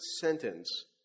sentence